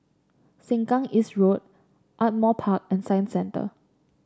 Sengkang East Road Ardmore Park and Science Centre